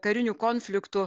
karinių konfliktų